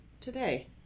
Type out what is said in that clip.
today